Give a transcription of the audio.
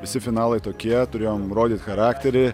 visi finalai tokie turėjom rodyt charakterį